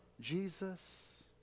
Jesus